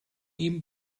ihm